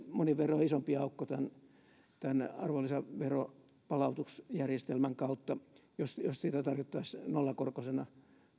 monin verroin isompi aukko tämän arvonlisäveron palautusjärjestelmän kautta jos jos sitä tarjottaisiin nollakorkoisena